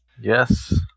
Yes